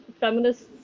feminists